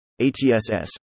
ATSS